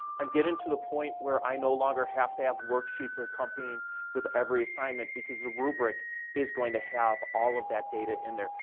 i'm getting to the point where i no longer have to have worksheets accompanying with every assignment, because the rubric is going to have all of that data in there.